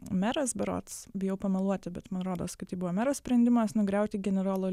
meras berods bijau pameluoti bet man rodos kad tai buvo mero sprendimas nugriauti generolo